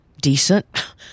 decent